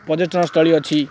ପର୍ଯ୍ୟଟନସ୍ଥଳୀ ଅଛି